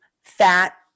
fat